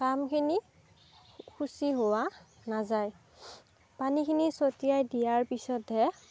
কামখিনি শুচি হোৱা নাযায় পানীখিনি ছটিয়াই দিয়াৰ পিছতহে